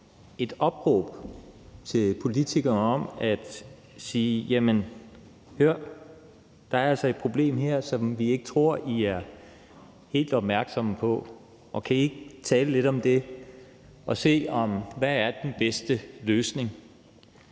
vil sige til politikerne: Hør, der er altså et problem her, som vi ikke tror at I er helt opmærksomme på, og kan I ikke tale lidt om det, og se, hvad der er den bedste løsning?